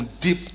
deep